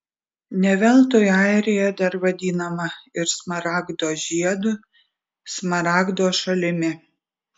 ne veltui airija dar vadinama ir smaragdo žiedu smaragdo šalimi